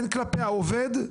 הן כלפי העובד,